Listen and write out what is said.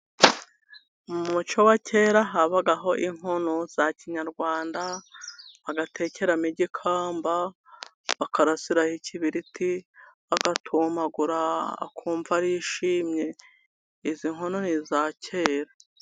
Mu muco wa kera habagaho inkono za kinyarwanda bagatekeraho igikamba, bakarasiraho ikibiriti bagatumamagura bakumva barishimwe. izi nkono ni izakara.